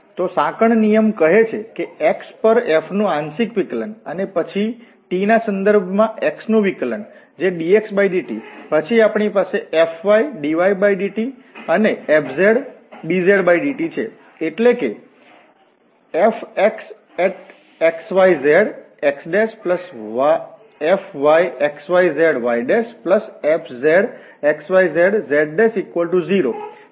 તો સાંકળ નિયમ કહે છે કે x પર f નું આંશિક વિકલન અને પછી t ના સંદર્ભમાં x નું વિકલન જે dxdt પછી આપણી પાસે fy dydt અને fz dzdt છે એટલે કે fxxyzxfyxyzyfzxyzz0